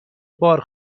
بار